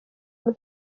muri